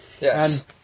Yes